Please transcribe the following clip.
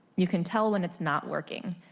you can tell when it's not working.